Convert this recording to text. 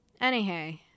Anyhow